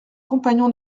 compagnons